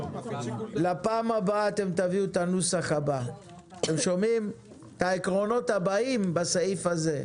לפעם הבא תביאו בסעיף הזה נוסח על פי העקרונות הבאים: